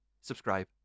subscribe